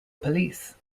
police